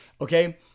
Okay